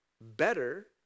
better